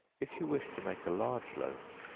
if you wish to make a large loaf,